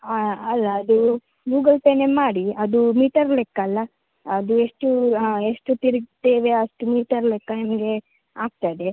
ಹಾಂ ಅಲ್ಲ ಅದು ಗೂಗಲ್ ಪೇನೆ ಮಾಡಿ ಅದು ಮೀಟರ್ ಲೆಕ್ಕ ಅಲ್ಲ ಅದು ಎಷ್ಟು ಹಾಂ ಎಷ್ಟು ತಿರುಗ್ತೇವೆ ಅಷ್ಟು ಮೀಟರ್ ಲೆಕ್ಕ ನಿಮಗೆ ಆಗ್ತದೆ